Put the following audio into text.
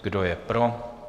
Kdo je pro?